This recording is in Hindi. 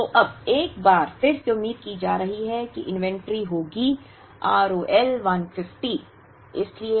तो अब एक बार फिर से उम्मीद की जा रही है कि अब इन्वेंट्री होगी R O L 150 है